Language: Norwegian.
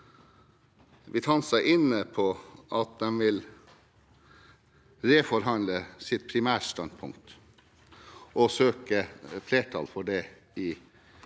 Vitanza inne på at de vil reforhandle sitt primærstandpunkt og søker flertall for det i salen.